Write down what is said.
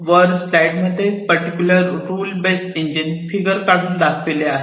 वर स्लाईड मध्ये particular rule base engine figure काढून दाखवले आहे